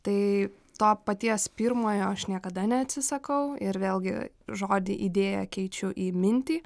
tai to paties pirmojo aš niekada neatsisakau ir vėlgi žodį idėją keičiu į mintį